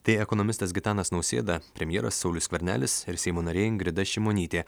tai ekonomistas gitanas nausėda premjeras saulius skvernelis ir seimo narė ingrida šimonytė